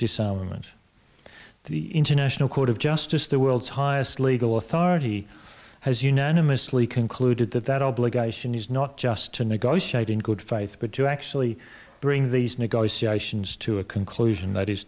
disarmament the international court of justice the world's highest legal authority has unanimously concluded that that obligation is not just to negotiate in good faith but to actually bring these negotiations to a conclusion that is